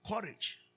courage